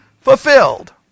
fulfilled